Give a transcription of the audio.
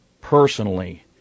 personally